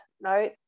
no